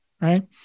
right